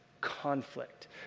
conflict